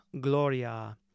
GLORIA